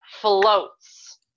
floats